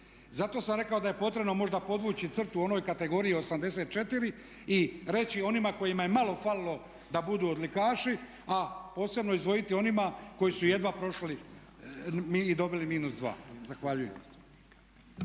Zato sam rekao da je potrebno možda podvući crtu u onoj kategoriji 84 i reći onima kojima je malo falilo da budu odlikaši, a posebno izdvojiti one koji su jedva prošli i dobili -2. Zahvaljujem.